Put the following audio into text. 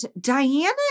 Diana